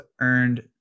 earned